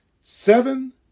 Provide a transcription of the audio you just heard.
Seven